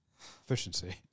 efficiency